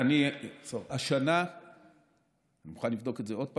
אני מוכן לבדוק את זה עוד פעם.